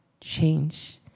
change